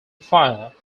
fire